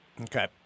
Okay